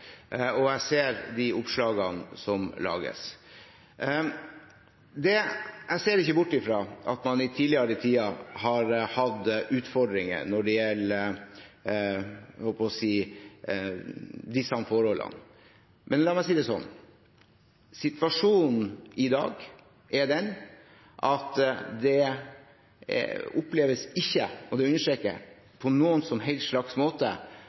og jeg ser de oppslagene som lages. Jeg ser ikke bort fra at man i tidligere tider har hatt utfordringer når det gjelder disse forholdene, men la meg si det sånn: Situasjonen i dag er den at det oppleves ikke – og det vil jeg understreke – på noen som helst slags måte